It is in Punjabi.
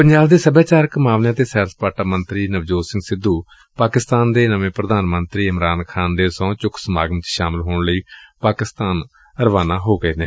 ਪੰਜਾਬ ਦੇ ਸਭਿਆਚਾਰਕ ਮਾਮਲੇ ਅਤੇ ਸੈਰ ਸਪਾਟਾ ਮੰਤਰੀ ਨਵਜੋਤ ਸਿੰਘ ਸਿੱਧੁ ਪਾਕਿਸਤਾਨ ਦੇ ਨਵੇਂ ਪ੍ਰਧਾਨ ਮੰਤਰੀ ਇਮਰਾਨ ਖਾਨ ਦੇ ਸਹੁੰ ਚੁੱਕ ਸਮਾਗਮ ਚ ਸ਼ਾਮਲ ਹੋਣ ਲਈ ਪਾਕਿਸਤਾਨ ਰਵਾਨਾ ਹੋ ਗਏ ਨੇ